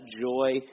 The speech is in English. joy